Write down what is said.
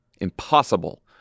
impossible